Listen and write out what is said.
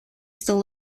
still